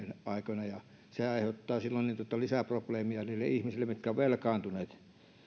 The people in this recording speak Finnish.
aikoina ja se aiheuttaa silloin lisää probleemia niille ihmisille jotka ovat velkaantuneet